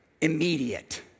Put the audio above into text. immediate